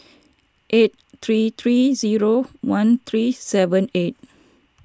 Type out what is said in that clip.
eight three three zero one three seven eight